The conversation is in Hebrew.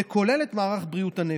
כולל במערך בריאות הנפש.